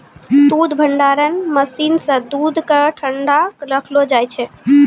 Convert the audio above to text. दूध भंडारण मसीन सें दूध क ठंडा रखलो जाय छै